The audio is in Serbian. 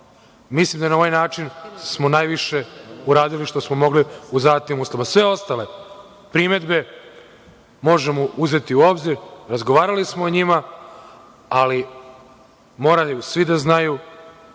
uslova. Mislim da na ovaj način smo najviše uradili što smo mogli u zadatim uslovima. Sve ostale primedbe možemo uzeti u obzir, razgovarali smo o njima, ali moraju svi da znaju